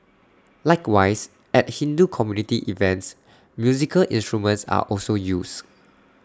likewise at Hindu community events musical instruments are also used